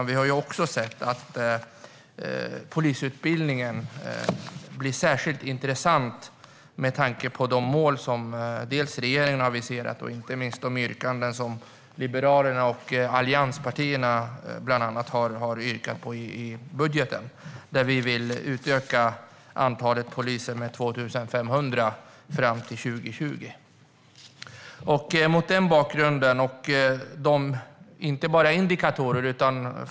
Vi har också sett att polisutbildningen blir särskilt intressant med tanke på de mål som regeringen har aviserat och inte minst de yrkanden som bland andra Liberalerna och de övriga allianspartierna har gjort med anledning av budgeten. Vi vill utöka antalet poliser med 2 500 fram till 2020.